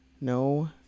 No